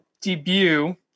debut